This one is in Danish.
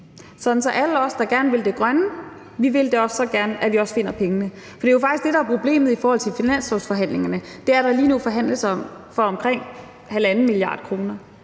at alle os, der gerne vil det grønne, vil det så gerne, at vi også finder pengene. For det er jo faktisk det, der er problemet i forhold til finanslovsforhandlingerne: at der lige nu forhandles om omkring 1,5 mia. kr.,